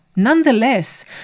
Nonetheless